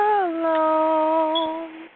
alone